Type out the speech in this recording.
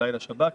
אולי לשב"כ.